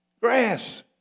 Grass